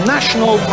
National